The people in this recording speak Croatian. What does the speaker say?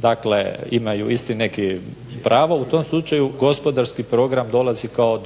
takvih imaju isto neko pravo u tom slučaju gospodarski program dolazi kao